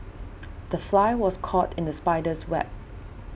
the fly was caught in the spider's web